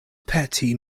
pettit